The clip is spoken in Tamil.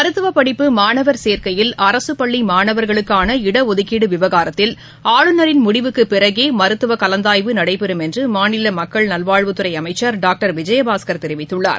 மருத்துவபடிப்பு மாணவர் சேக்கையில் அரசுபள்ளிமாணவர்களுக்கான இடஒதுக்கீடுவிவகாரத்தில் ஆளுநரின் முடிவுக்குபிறகேமருத்துவகலந்தாய்வு நடைபெறும் என்றுமாநிலமக்கள் நல்வாழ்வுத்துறைஅமைச்சா் டாக்டர் விஜயபாஸ்கர் தெரிவித்துள்ளார்